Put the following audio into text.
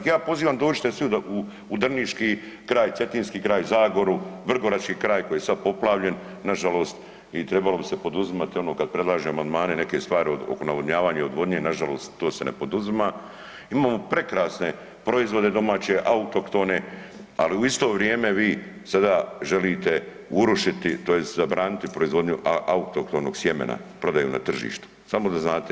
Ja ih pozivam dođite svi u drniški kraj, cetinski kraj, zagoru, vrgorački kraj koji je sad poplavljen nažalost i tribalo bi se poduzimati ono kad predlažemo amandmane neke stvari oko navodnjavanja i odvodnje nažalost to se ne poduzima, imamo prekrasne proizvode domaće, autohtone, ali u isto vrijeme vi sada želite urušiti tj. zabraniti proizvodnju autohtonog sjemena, prodaju na tržištu, samo da znate.